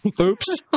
Oops